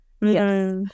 Yes